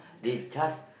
they just